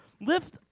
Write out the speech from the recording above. lift